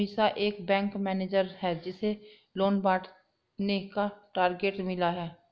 अमीषा एक bank manager है जिसे लोन बांटने का टारगेट मिला